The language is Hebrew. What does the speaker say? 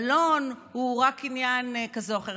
בלון הוא רק עניין כזה או אחר.